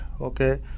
okay